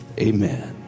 Amen